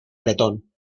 bretón